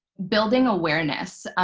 building awareness,